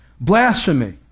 Blasphemy